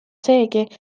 seegi